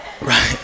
Right